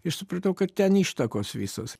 ir supratau kad ten ištakos visos